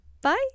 Bye